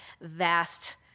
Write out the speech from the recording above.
vast